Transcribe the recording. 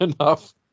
enough